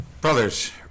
Brothers